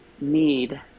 need